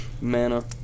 MANA